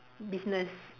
business